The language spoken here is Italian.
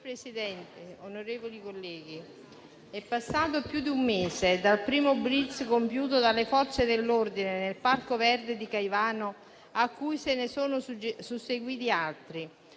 Signor Presidente, onorevoli colleghi, è passato più di un mese dal primo *blitz* compiuto dalle Forze dell'ordine nel Parco Verde di Caivano, a cui ne sono seguiti altri.